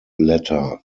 letter